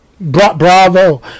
bravo